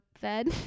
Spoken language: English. fed